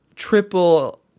Triple